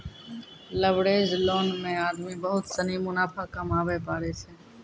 leveraged loan मे आदमी बहुत सनी मुनाफा कमाबै पारै छै